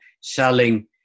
selling